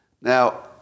Now